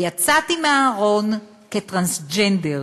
ויצאתי מהארון כטרנסג'נדר.